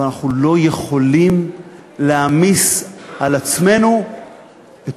אבל אנחנו לא יכולים להעמיס על עצמנו את